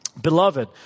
beloved